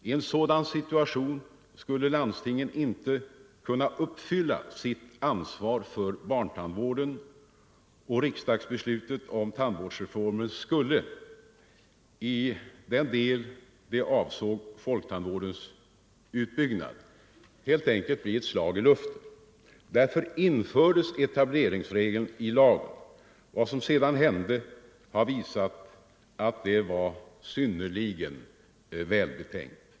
I en sådan situation skulle landstingen inte kunna uppfylla sitt ansvar för barntandvården, och riksdagsbeslutet om tandvårdsreformen skulle, i den del det avsåg folktandvårdens utbyggnad, helt enkelt bli ett slag i luften. Därför infördes etableringsregeln i lagen. Vad som sedan hände har visat att det var synnerligen välbetänkt.